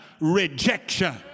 rejection